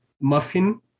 muffin